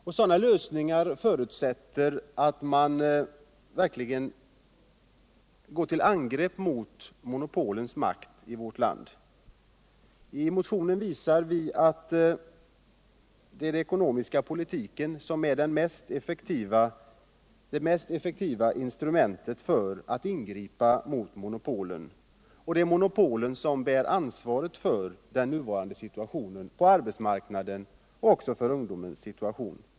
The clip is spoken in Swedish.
En sådan lösning förutsätter att man verkligen går till angrepp mot monopolens makt i vårt land. I vår motion visar vi att den ekonomiska politiken är det mest effektiva instrumentet när det gäller att ingripa mot monopolen, vilka bär ansvaret för den nuvarande situationen på arbetsmarknaden också beträffande ungdomarna.